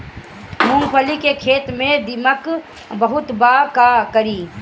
मूंगफली के खेत में दीमक बहुत बा का करी?